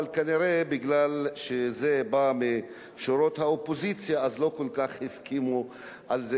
אבל כנראה מפני שזה בא משורות האופוזיציה אז לא כל כך הסכימו על זה,